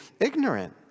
ignorant